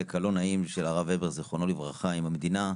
הלא נעים של הרב הבר זכרונו לברכה עם המדינה,